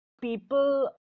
people